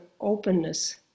openness